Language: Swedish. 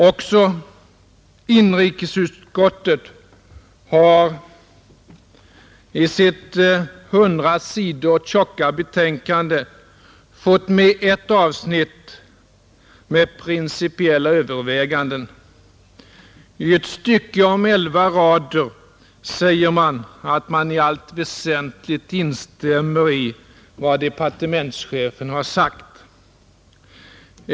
Också inrikesutskottet har i sitt 100 sidor tjocka betänkande fått med ett avsnitt med principiella överväganden. I ett stycke om elva rader säger man att man i allt väsentligt instämmer i vad departementschefen sagt.